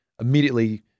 immediately